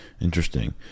Interesting